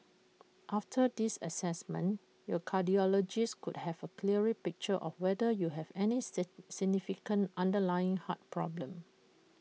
after this Assessment your cardiologist could have A clearer picture of whether you have any say significant underlying heart problem